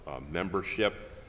membership